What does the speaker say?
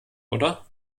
oder